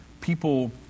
people